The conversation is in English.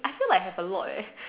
I feel like have a lot eh